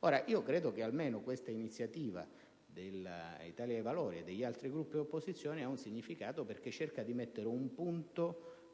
Ora, io credo che questa iniziativa dell'Italia dei Valori e degli altri Gruppi dell'opposizione abbia un significato, perché cerca di indicare un